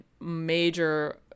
major